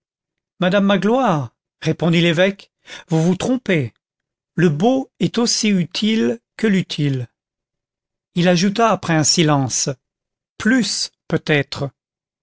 madame magloire répondit l'évêque vous vous trompez le beau est aussi utile que l'utile il ajouta après un silence plus peut-être